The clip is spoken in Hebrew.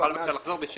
אתה יכול בבקשה לחזור?